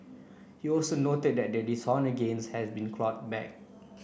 he also noted that the dishonest gains had been clawed back